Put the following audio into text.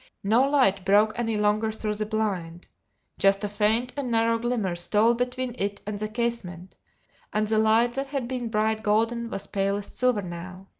no light broke any longer through the blind just a faint and narrow glimmer stole between it and the casement and the light that had been bright golden was palest silver now.